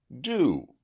Do